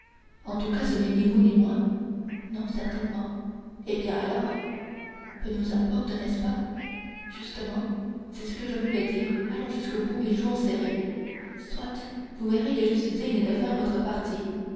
en tout cas ce n'est ni vous ni moi non certainement et bien alors peu nous importe n'est-ce pas justement c'est ce que je voulais dire allons jusqu'au bout et jouons serré soit vous verrez que je suis digne de faire votre partie